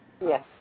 Yes